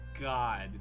God